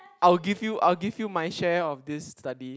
I will give you I will give you my share of this study